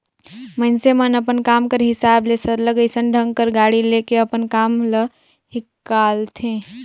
मइनसे मन अपन काम कर हिसाब ले सरलग अइसन ढंग कर गाड़ी ले के अपन काम ल हिंकालथें